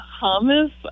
hummus